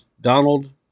Donald